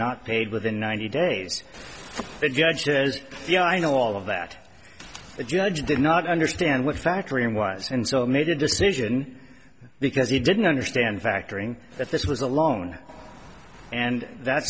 not paid within ninety days the judge says yeah i know all of that the judge did not understand what factoring was and so i made a decision because he didn't understand factoring that this was a loan and that